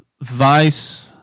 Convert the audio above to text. Vice